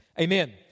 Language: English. amen